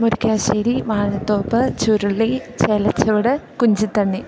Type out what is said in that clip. Murickassery Vazhathope Churuli Chelachuvadu Kunchithanny